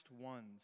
Ones